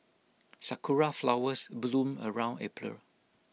Sakura Flowers bloom around April